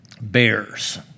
Bears